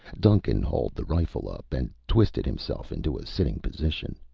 duncan hauled the rifle up and twisted himself into a sitting position.